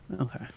Okay